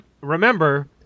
remember